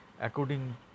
according